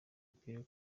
pierre